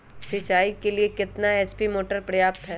सिंचाई के लिए कितना एच.पी मोटर पर्याप्त है?